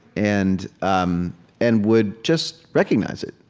and um and would just recognize it,